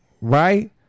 right